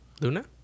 luna